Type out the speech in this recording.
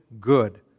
good